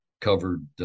covered